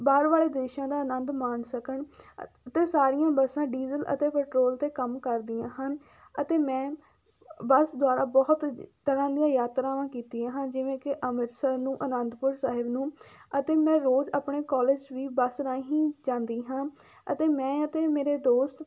ਬਾਹਰ ਵਾਲੇ ਦੇਸ਼ਾਂ ਦਾ ਆਨੰਦ ਮਾਣ ਸਕਣ ਅਤੇ ਸਾਰੀਆਂ ਬੱਸਾਂ ਡੀਜ਼ਲ ਅਤੇ ਪੈਟਰੋਲ 'ਤੇ ਕੰਮ ਕਰਦੀਆਂ ਹਨ ਅਤੇ ਮੈਂ ਬੱਸ ਦੁਆਰਾ ਬਹੁਤ ਤਰ੍ਹਾਂ ਦੀਆਂ ਯਾਤਰਾਵਾਂ ਕੀਤੀਆਂ ਹਨ ਜਿਵੇਂ ਕਿ ਅੰਮ੍ਰਿਤਸਰ ਨੂੰ ਅਨੰਦਪੁਰ ਸਾਹਿਬ ਨੂੰ ਅਤੇ ਮੈਂ ਰੋਜ਼ ਆਪਣੇ ਕੋਲਜ ਵੀ ਬੱਸ ਰਾਹੀਂ ਜਾਂਦੀ ਹਾਂ ਅਤੇ ਮੈਂ ਅਤੇ ਮੇਰੇ ਦੋਸਤ